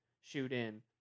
shoot-in